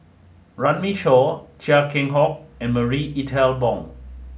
Runme Shaw Chia Keng Hock and Marie Ethel Bong